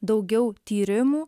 daugiau tyrimų